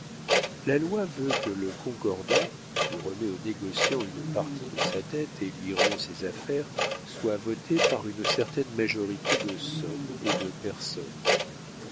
la loi veut que le concordat qui remet au négociant une partie de sa dette et lui rend ses affaires soit voté par une certaine majorité de sommes et de personnes